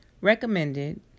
recommended